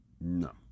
no